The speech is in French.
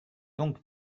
donc